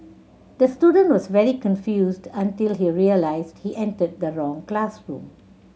the student was very confused until he realised he entered the wrong classroom